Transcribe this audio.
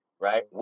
right